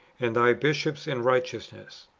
and thy bishops in righteousness.